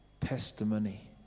testimony